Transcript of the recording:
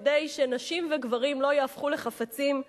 כדי שנשים וגברים לא יהפכו לחפצים,